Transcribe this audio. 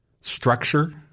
structure